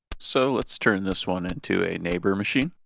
so let's turn this one into a neighbor machine.